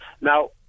Now